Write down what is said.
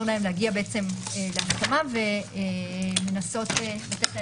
לעזור להם להגיע להסכמה ולנסות לתת את